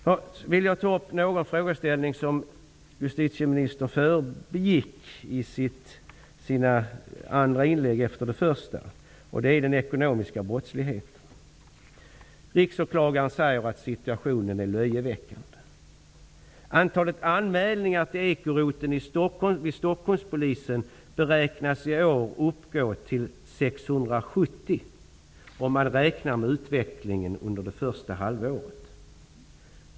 Jag vill ta upp en frågeställning som justitieministern förbigick i sina inlägg, och det gäller den ekonomiska brottsligheten. Riksåklagaren säger att situationen är löjeväckande. Antalet anmälningar till ekoroteln vid Stockholmspolisen beräknas i år uppgå till 670, om man räknar med utvecklingen under det första halvåret.